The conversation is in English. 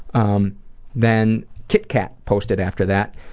um then kitkat posted after that,